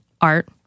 art